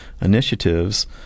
initiatives